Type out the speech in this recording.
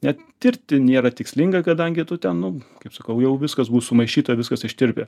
net tirti nėra tikslinga kadangi tu ten nu kaip sakau jau viskas bus sumaišyta viskas ištirpę